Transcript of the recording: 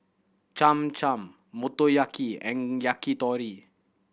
Cham Cham Motoyaki and Yakitori